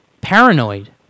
paranoid